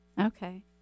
Okay